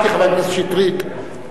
לכן הלקח הוא: כשעושים,